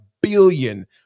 billion